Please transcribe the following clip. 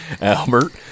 Albert